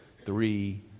three